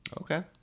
Okay